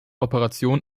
operation